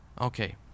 Okay